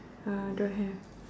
uh don't have